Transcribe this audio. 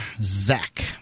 Zach